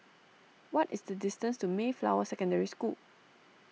what is the distance to Mayflower Secondary School